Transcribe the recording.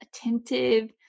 attentive